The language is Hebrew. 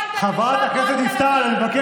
שהיום נמצאות בשלטון, את סלקטיבית.